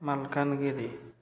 Malkangiri